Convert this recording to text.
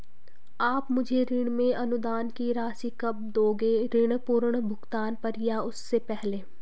आप मुझे ऋण में अनुदान की राशि कब दोगे ऋण पूर्ण भुगतान पर या उससे पहले?